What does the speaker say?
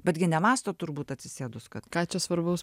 betgi nemąstot turbūt atsisėdus kad ką čia svarbaus